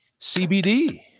CBD